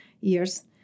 years